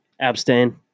Abstain